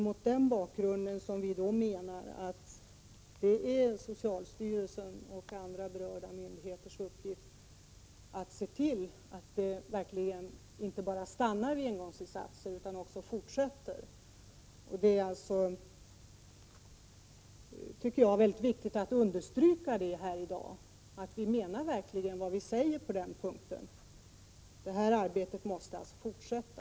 Mot den bakgrunden menar vi att socialstyrelsens och andra berörda myndigheters uppgift är att se till att det verkligen inte stannar vid engångsinsatser. Det är väldigt viktigt att understryka här i dag att vi verkligen menar vad vi säger. Arbetet måste alltså fortsätta.